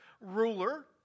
ruler